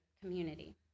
community